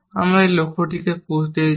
আমি লক্ষ্যটিকে পুসড দিয়েছি